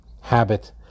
habit